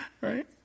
Right